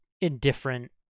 indifferent